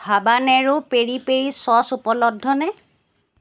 habanero peri peri sauce উপলব্ধনে